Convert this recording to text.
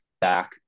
back